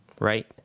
right